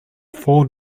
four